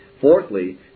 Fourthly